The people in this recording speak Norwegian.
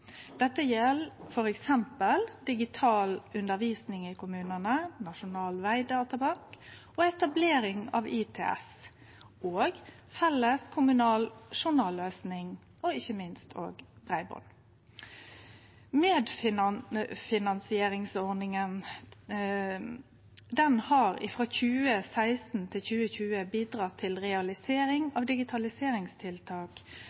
Dette gjeld f.eks. digital undervisning i kommunane, Nasjonal vegdatabank, etablering av ITS og felles kommunal journalløysing og ikkje minst breiband. Medfinansieringsordninga har frå 2016 til 2020 bidratt til